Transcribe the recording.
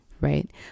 right